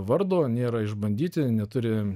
vardo nėra išbandyti neturi